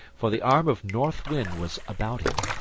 for the arm of north wind was about him,